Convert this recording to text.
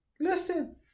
Listen